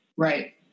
Right